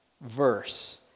verse